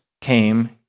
came